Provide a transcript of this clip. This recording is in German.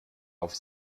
auf